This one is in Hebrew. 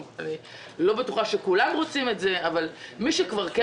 אני לא בטוחה שכולם רוצים את זה אבל מי שכבר כן